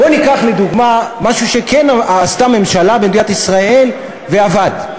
בואו ניקח לדוגמה משהו שכן עשתה הממשלה במדינת ישראל ועבד,